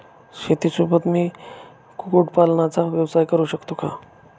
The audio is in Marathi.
शेतीसोबत मी कुक्कुटपालनाचा व्यवसाय करु शकतो का?